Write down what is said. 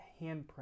handprint